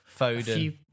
Foden